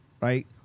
right